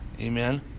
amen